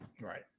Right